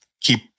keep